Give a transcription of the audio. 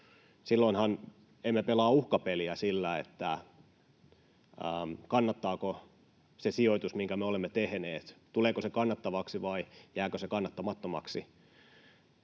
Silloinhan emme pelaa uhkapeliä sillä, kannattaako se sijoitus, minkä me olemme tehneet, tuleeko se kannattavaksi vai jääkö se kannattamattomaksi.